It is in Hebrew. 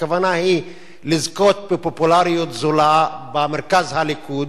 הכוונה היא לזכות בפופולריות זולה במרכז הליכוד,